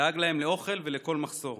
דאג להם לאוכל ולכל מחסור.